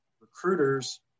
recruiters